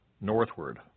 northward